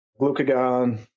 Glucagon